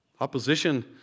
Opposition